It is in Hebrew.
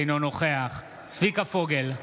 אינו נוכח צביקה פוגל,